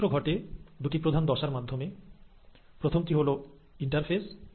কোষ চক্র ঘটে দুটি প্রধান দশার মাধ্যমে প্রথমটি হল ইন্টারফেস